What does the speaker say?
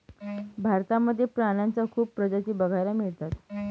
भारतामध्ये प्राण्यांच्या खूप प्रजाती बघायला मिळतात